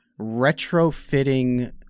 retrofitting